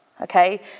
okay